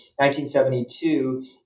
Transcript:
1972